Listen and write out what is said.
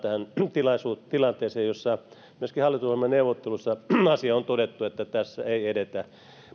tähän tilanteeseen myöskin hallitusohjelmaneuvotteluissa asia on todettu tässä ei edetä